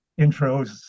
intros